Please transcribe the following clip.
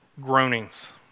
groanings